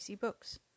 Books